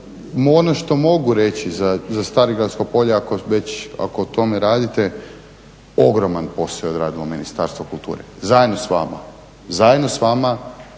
Ono što mogu reći za Starigradsko polje ako već, ako o tome radite ogroman posao je odradilo Ministarstvo kulture zajedno sa vama.